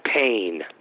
pain